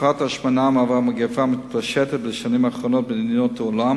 תופעת ההשמנה היא מגפה מתפשטת בשנים האחרונות במדינות העולם